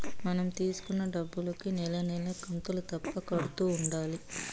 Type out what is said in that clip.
మనం తీసుకున్న డబ్బులుకి నెల నెలా కంతులు తప్పక కడుతూ ఉండాలి